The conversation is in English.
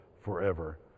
forever